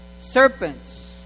serpents